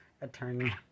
Attorney